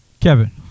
Kevin